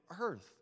earth